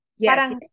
Yes